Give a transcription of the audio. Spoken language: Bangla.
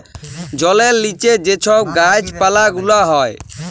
জলের লিচে যে ছব গাহাচ পালা গুলা হ্যয়